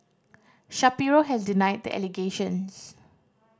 Shapiro has denied the allegations